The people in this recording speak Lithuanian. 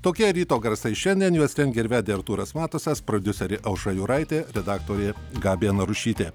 tokie ryto garsai šiandien juos rengia ir vedė artūras matusas prodiuserė aušra juraitė redaktorė gabija narušytė